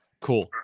cool